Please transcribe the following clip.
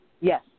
Yes